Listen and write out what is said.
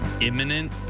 imminent